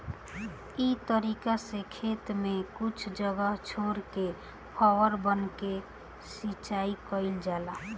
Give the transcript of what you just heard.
इ तरीका से खेत में कुछ जगह छोर के फौवारा बना के सिंचाई कईल जाला